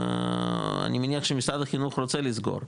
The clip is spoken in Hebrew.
אני מניח שמשרד החינוך רוצה לסגור,